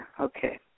okay